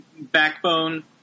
backbone